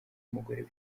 umugore